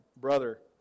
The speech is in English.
brother